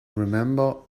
remember